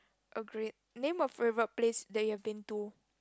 a great name a favourite place that you have been to